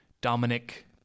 Dominic